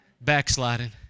backsliding